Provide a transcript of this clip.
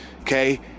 Okay